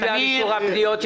מי בעד אישור הפניות?